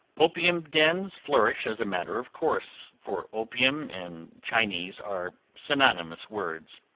opium dens flourish as a matter of course, for opium and chinese are synonymous words.